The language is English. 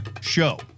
show